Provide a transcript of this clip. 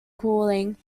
cooling